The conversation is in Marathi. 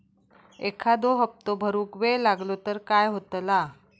एखादो हप्तो भरुक वेळ लागलो तर काय होतला?